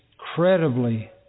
Incredibly